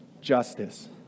justice